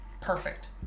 perfect